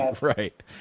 Right